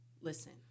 listen